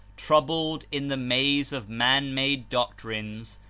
troubled in the maze of man-made doctrines,